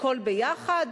הכול ביחד?